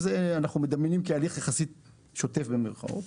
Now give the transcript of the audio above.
את זה אנחנו מדמיינים כהליך יחסית שוטף, במרכאות.